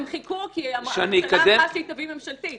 הן חיכו כי הממשלה אמרה שהיא תביא ממשלתית